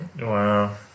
Wow